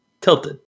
tilted